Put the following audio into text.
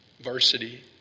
varsity